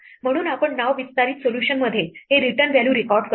म्हणून आपण नाव विस्तारित सोल्यूशनमध्ये हे रिटर्न व्हॅल्यू रेकॉर्ड करतो